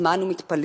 אז מה אנו מתפלאים?